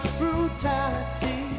brutality